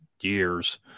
years